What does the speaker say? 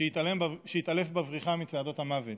שהתעלף בבריחה מצעדות המוות.